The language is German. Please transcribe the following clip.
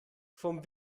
vom